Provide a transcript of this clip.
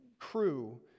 crew